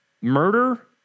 Murder